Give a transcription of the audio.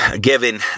Given